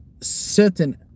certain